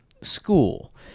school